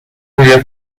تریا